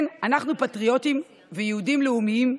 כן, אנחנו פטריוטים ויהודים לאומיים,